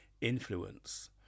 Influence